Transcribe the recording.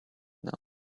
now